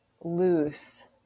loose